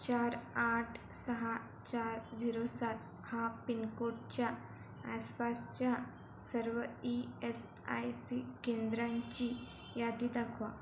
चार आठ सहा चार झिरो सात हा पिनकोडच्या आसपासच्या सर्व ई एस आय सी केंद्रांची यादी दाखवा